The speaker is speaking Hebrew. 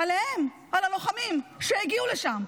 עליהם, על הלוחמים שהגיעו לשם.